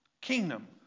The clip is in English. kingdom